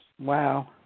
Wow